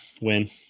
Win